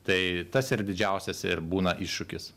tai tas ir didžiausias ir būna iššūkis